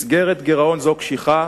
מסגרת גירעון זו קשיחה,